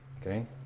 Okay